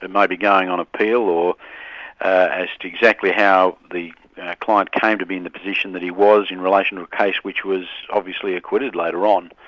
and be going on appeal, or as to exactly how the client came to be in the position that he was in relation to a case which was obviously acquitted later on.